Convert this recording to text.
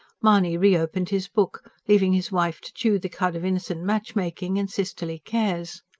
mahony re-opened his book, leaving his wife to chew the cud of innocent matchmaking and sisterly cares.